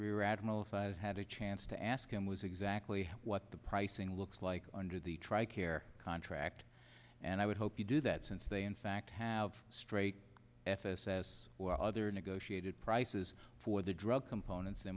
rear admiral if i had a chance to ask him was exactly what the pricing looks like under the tri care contract and i would hope you do that since they in fact have straight f s s other negotiated prices for the drug components the